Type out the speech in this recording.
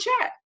chat